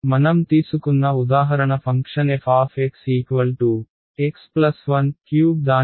మనం తీసుకున్న ఉదాహరణ ఫంక్షన్ fx13 దాని ఇంటర్వెల్ 11